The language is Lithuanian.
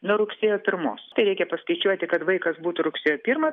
nuo rugsėjo pirmos tai reikia paskaičiuoti kad vaikas būtų rugsėjo pirmą